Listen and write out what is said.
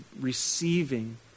receiving